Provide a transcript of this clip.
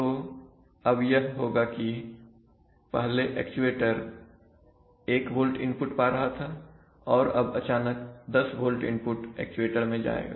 तो अब यह होगा कि पहले एक्चुएटर 1 volt इनपुट पा रहा था और अब अचानक 10 volt इनपुट एक्चुएटर में जाएगा